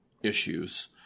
issues